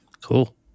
Cool